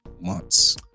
months